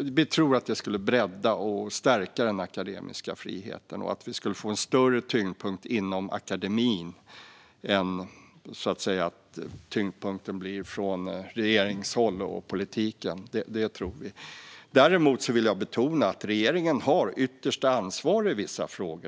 Vi tror att det skulle bredda och stärka den akademiska friheten. Vi skulle få en större tyngdpunkt inom akademin än att tyngdpunkten blir från regeringshåll och politiken. Det tror vi. Däremot vill jag betona att regeringen har det yttersta ansvaret i vissa frågor.